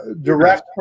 direct